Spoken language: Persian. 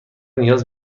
نیاز